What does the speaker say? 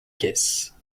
caisse